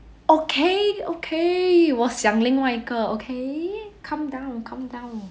okay okay 我想另外一个 okay calm down calm down